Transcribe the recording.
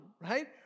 right